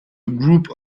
group